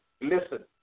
Listen